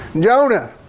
Jonah